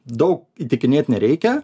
daug įtikinėt nereikia